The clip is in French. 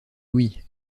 louis